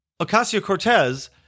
Ocasio-Cortez